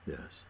Yes